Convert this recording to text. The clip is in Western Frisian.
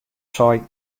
sei